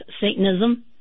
Satanism